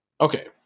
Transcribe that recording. Okay